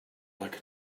like